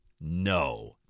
no